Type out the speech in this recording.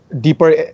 deeper